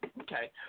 Okay